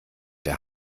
der